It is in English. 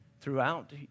throughout